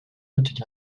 retenir